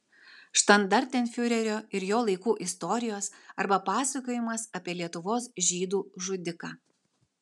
štandartenfiurerio ir jo laikų istorijos arba pasakojimas apie lietuvos žydų žudiką